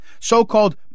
So-called